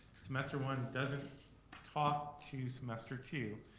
semester one doesn't talk to semester two.